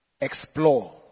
Explore